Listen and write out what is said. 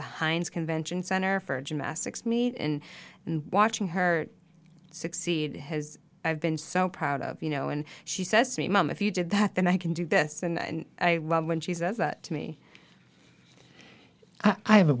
the heinz convention center for gymnastics meet and watching her succeed has i've been so proud of you know and she says to me mom if you did that then i can do this and i love when she says that to me i have a